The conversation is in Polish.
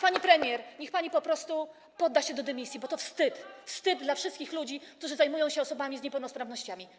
Pani premier, niech pani po prostu poda się do dymisji, bo to wstyd, wstyd dla wszystkich ludzi, którzy zajmują się osobami z niepełnosprawnościami.